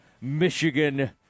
Michigan